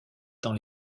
dans